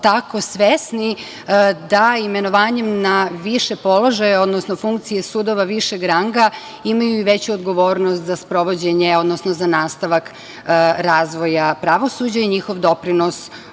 tako, svesni da imenovanjem na više položaje, odnosno funkcije sudova višeg ranga, imaju i veću odgovornost za sprovođenje, odnosno za nastavak razvoja pravosuđa i njihov doprinos